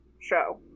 show